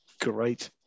great